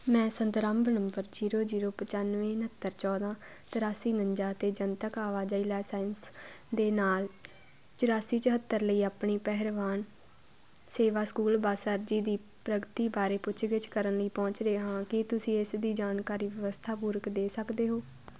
ਮੈਂ ਸੰਦਰਭ number zero zero ਪਚਾਨਵੇਂ ਉਣਹੱਤਰ ਚੌਦ੍ਹਾਂ ਤਰਾਸੀ ਉਨੰਜਾ ਅਤੇ ਜਨਤਕ ਆਵਾਜਾਈ ਲਾਇਸੈਂਸ ਦੇ ਨਾਲ ਚੁਰਾਸੀ ਚੁਹੱਤਰ ਲਈ ਆਪਣੀ ਪਰਿਵਾਹਨ ਸੇਵਾ ਸਕੂਲ ਬੱਸ ਅਰਜ਼ੀ ਦੀ ਪ੍ਰਗਤੀ ਬਾਰੇ ਪੁੱਛਗਿੱਛ ਕਰਨ ਲਈ ਪਹੁੰਚ ਰਿਹਾ ਹਾਂ ਕੀ ਤੁਸੀਂ ਇਸ ਦੀ ਜਾਣਕਾਰੀ ਵਿਵਸਥਾ ਪੂਰਵਕ ਦੇ ਸਕਦੇ ਹੋ